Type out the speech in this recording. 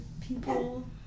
people